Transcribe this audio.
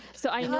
so i